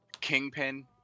Kingpin